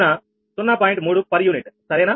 3 per unit సరేనా